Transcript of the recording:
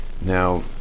Now